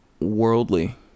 worldly